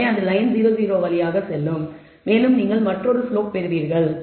எனவே லயன் 0 0 வழியாக செல்லும் மேலும் நீங்கள் மற்றொரு ஸ்லோப் பெறுவீர்கள்